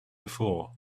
before